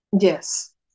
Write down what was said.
Yes